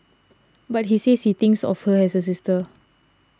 but he says he thinks of her as a sister